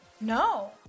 No